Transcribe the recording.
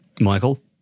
Michael